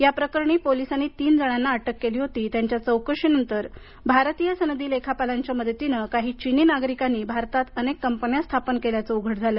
या प्रकरणी पोलिसांनी तीन जणांना अटक केली होती त्यांच्या चौकशी नंतर भारतीय सनदी लेखापालांच्या मदतीनं काही चीनी नागरीकांनी भारतात अनेक कंपन्या स्थापन केल्याचं उघड झालं